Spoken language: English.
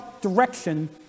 direction